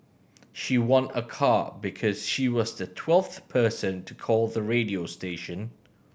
she won a car because she was the twelfth person to call the radio station